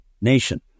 nation